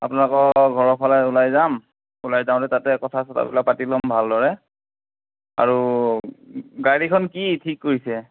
আপোনালোকৰ ঘৰৰ ফালে ওলাই যাম ওলাই যাওঁতে তাতে কথা চথাবিলাক পাতি ল'ম ভালদৰে আৰু গাড়ীখন কি ঠিক কৰিছে